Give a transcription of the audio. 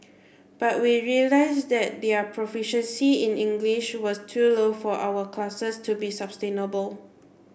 but we realised that their proficiency in English was too low for our classes to be sustainable